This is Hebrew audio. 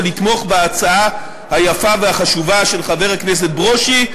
לתמוך בהצעה היפה והחשובה של חבר הכנסת ברושי,